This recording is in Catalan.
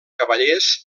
cavallers